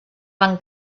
van